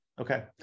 Okay